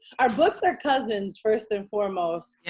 our books are cousins first and foremost.